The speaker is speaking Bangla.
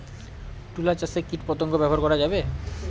তুলা চাষে কীটপতঙ্গ ব্যবহার করা যাবে?